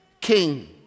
king